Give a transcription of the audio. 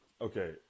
Okay